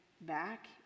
back